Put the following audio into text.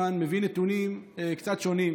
בן 25 קצת יודע מה הוא עושה.